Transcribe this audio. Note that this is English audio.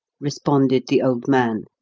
responded the old man.